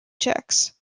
checks